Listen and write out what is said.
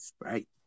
right